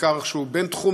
מחקר שהוא בין-תחומי,